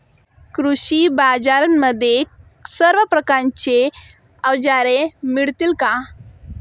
कृषी बाजारांमध्ये सर्व प्रकारची अवजारे मिळतील का?